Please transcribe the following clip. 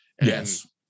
Yes